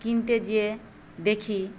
কিনতে যেয়ে দেখি